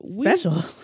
Special